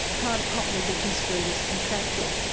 can't properly be construed as contractual.